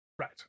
Right